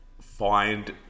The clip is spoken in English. find